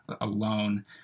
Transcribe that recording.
alone